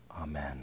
Amen